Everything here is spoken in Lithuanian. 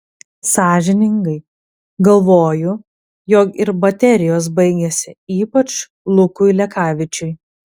sąžiningai galvoju jog ir baterijos baigėsi ypač lukui lekavičiui